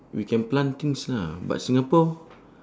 we can plant things lah but singapore